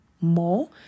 more